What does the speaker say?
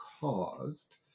caused